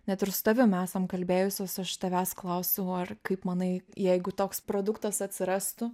net ir su tavim esam kalbėjusios aš tavęs klausiau ar kaip manai jeigu toks produktas atsirastų